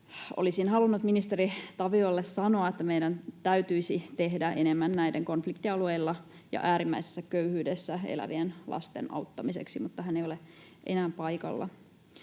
Olisin halunnut ministeri Taviolle sanoa, että meidän täytyisi tehdä enemmän näiden konfliktialueilla ja äärimmäisessä köyhyydessä elävien lasten auttamiseksi, mutta hän ei ole enää paikalla.